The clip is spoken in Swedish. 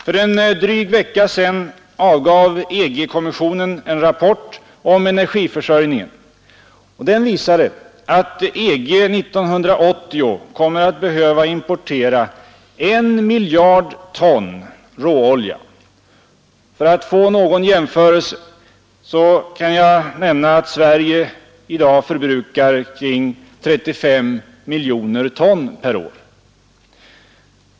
För en dryg vecka sedan avgav EG-kommissionen en rapport om energiförsörjningen, och den visade att EG 1980 kommer att behöva importera 1 miljard ton råolja. För att få någon jämförelse kan jag nämna att Sverige i dag förbrukar omkring 35 miljoner ton per år.